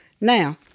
Now